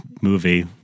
movie